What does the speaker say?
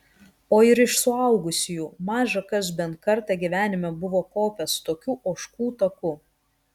o ir iš suaugusiųjų maža kas bent kartą gyvenime buvo kopęs tokiu ožkų taku